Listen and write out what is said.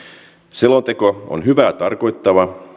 selonteko on hyvää tarkoittava